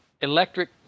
Electric